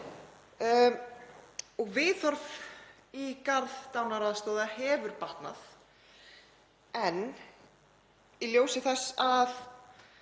Viðhorf í garð dánaraðstoðar hefur batnað. En í ljósi þess að